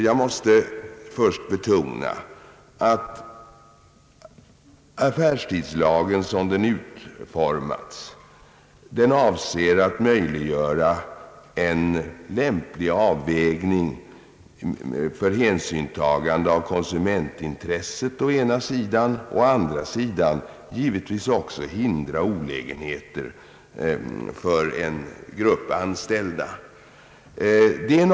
Jag måste först betona att affärstidslagen som den utformats avser att möjliggöra en lämplig avvägning mellan hänsynstagande till konsumentintresset å ena sidan och förhindrande av olägenheter för en grupp anställda å andra sidan.